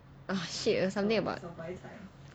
oh shit it was something about